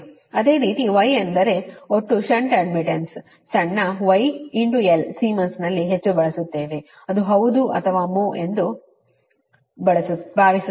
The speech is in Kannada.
ಅದೇ ರೀತಿ Y ಎಂದರೆ ಒಟ್ಟು ಷಂಟ್ ಅಡ್ಡ್ಮಿಟನ್ಸ್ ಸಣ್ಣ yl ಸೀಮೆನ್ಸ್ನಲ್ಲಿ ಹೆಚ್ಚು ಬಳಸುತ್ತೇವೆ ಅದು ಹೌದು ಅಥವಾ ಮ್ಹೋ ಎಂದು ಭಾವಿಸುತ್ತೇನೆ